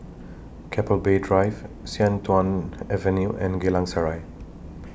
Keppel Bay Drive Sian Tuan Avenue and Geylang Serai